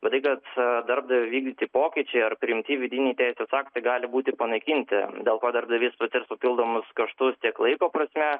bet tai kad darbdavio vykdyti pokyčiai ar priimti vidinį defektą gali būti panaikinti dėl ko darbdavys patirs papildomus kaštus tiek laiko prasme